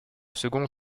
second